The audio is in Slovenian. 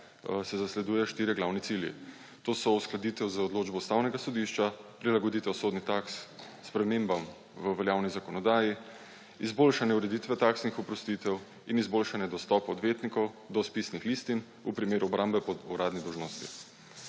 se zasledujejo štiri glavni cilji. To so uskladitev z odločbo Ustavnega sodišča, prilagoditev sodnih taks spremembam v veljavni zakonodaji, izboljšanje ureditve taksnih oprostitev in izboljšanje dostopa odvetnikov do spisnih listin v primeru obrambe po uradni dolžnosti.